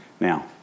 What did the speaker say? Now